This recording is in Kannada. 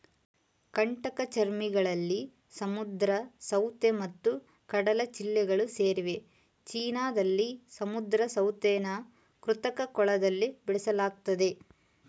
ಕಂಟಕಚರ್ಮಿಗಳಲ್ಲಿ ಸಮುದ್ರ ಸೌತೆ ಮತ್ತು ಕಡಲಚಿಳ್ಳೆಗಳು ಸೇರಿವೆ ಚೀನಾದಲ್ಲಿ ಸಮುದ್ರ ಸೌತೆನ ಕೃತಕ ಕೊಳದಲ್ಲಿ ಬೆಳೆಸಲಾಗ್ತದೆ